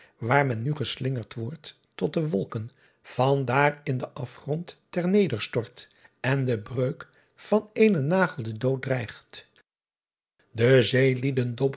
waar men nu geslingerd wordt tot de wolken van daar in den afgrond ter nederstort en de breuk van éénen nagel den dood dreigt e zeelieden